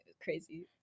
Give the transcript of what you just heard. crazy